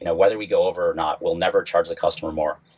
and whether we go over or not, we'll never charge the customer more.